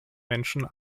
menschen